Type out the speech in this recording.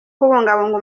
kubungabunga